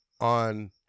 on